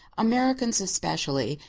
americans, especially,